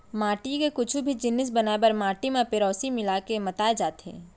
माटी के कुछु भी जिनिस बनाए बर माटी म पेरौंसी मिला के मताए जाथे